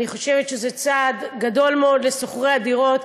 אני חושבת שזה צעד גדול מאוד לשוכרי הדירות.